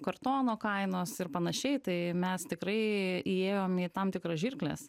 kartono kainos ir panašiai tai mes tikrai įėjom į tam tikras žirkles